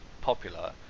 popular